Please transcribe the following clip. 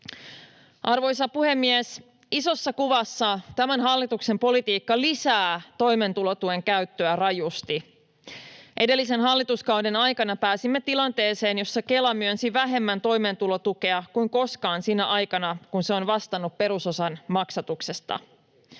Arvoisa puhemies! Isossa kuvassa tämän hallituksen politiikka lisää toimeentulotuen käyttöä rajusti. Edellisen hallituskauden aikana pääsimme tilanteeseen, jossa Kela myönsi vähemmän toimeentulotukea kuin koskaan sinä aikana, kun se on vastannut perusosan maksatuksesta.